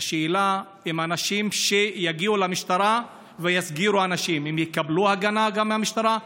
השאלה היא אם אנשים שיגיעו למשטרה ויסגירו אנשים יקבלו גם הגנה מהמשטרה.